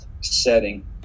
setting